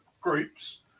groups